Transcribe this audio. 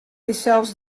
dysels